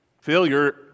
failure